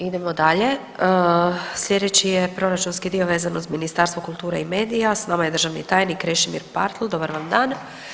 Idemo dalje, slijedeći je proračunski dio vezan uz Ministarstvo kulture i medija, s nama je državni tajnik Krešimir Partl, dobar vam dan.